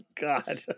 God